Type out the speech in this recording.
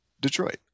Detroit